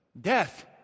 Death